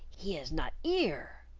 he is not ere!